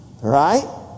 Right